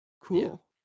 cool